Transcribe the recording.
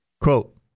Quote